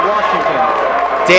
Washington